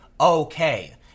okay